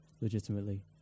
legitimately